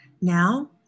Now